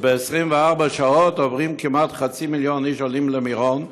וב-24 שעות עוברים כמעט חצי מיליון איש שעולים למירון,